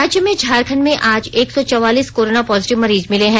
राज्य में झारखंड में आज एक सौ चौवालीस कोरोना पॉजिटिव मरीज मिले हैं